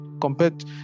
compared